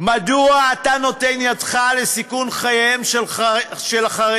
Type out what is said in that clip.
מדוע אתה נותן את ידך לסיכון חייהם של חרדים